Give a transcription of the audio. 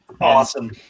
awesome